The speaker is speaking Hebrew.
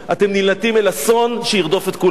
אתם נמלטים אל אסון שירדוף את כולנו.